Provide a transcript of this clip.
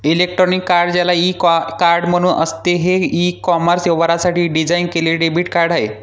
electronic card, ज्याला e card म्हणूनही असते, हे ई कॉमर्स व्यवहारांसाठी डिझाइन केलेले डेबिट कार्ड आहे